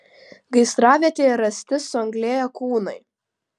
gaisravietėje rasti suanglėję kūnai